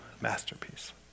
masterpiece